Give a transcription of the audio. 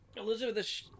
Elizabeth